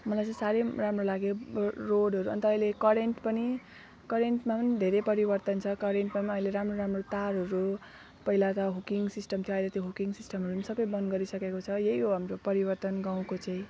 मलाई चाहिँ साह्रै राम्रो लाग्यो रो रोडहरू अनि त अहिले करेन्ट पनि करेन्टमा पनि परिवर्तन छ करेन्टमा पनि अहिले नयाँ नयाँ तारहरू पहिला त हुकिङ सिस्टम थियो अहिले त्यो हुकिङ सिस्टमहरू नि सबै बन्द गरिसकेको छ यही हो हाम्रो परिवर्तन गाउँको चाहिँ